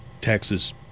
Texas